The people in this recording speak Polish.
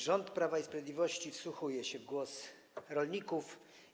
Rząd Prawa i Sprawiedliwości wsłuchuje się w głos rolników.